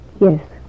Yes